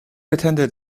attended